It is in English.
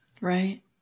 Right